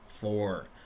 four